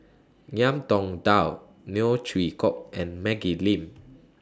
Ngiam Tong Dow Neo Chwee Kok and Maggie Lim